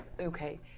Okay